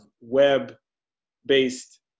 web-based